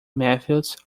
matthews